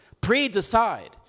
pre-decide